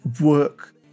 work